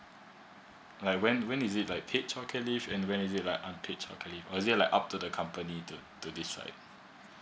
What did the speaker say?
like when when is it like paid child care leave and when is it like unpaid child care leave or is it like up to the company to to decide